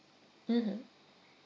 mmhmm